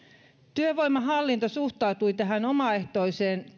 työvoimahallinto suhtautui tähän omaehtoiseen